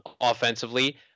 offensively